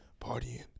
partying